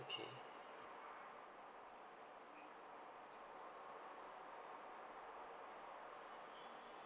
okay